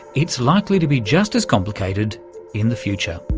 it's likely to be just as complicated in the future.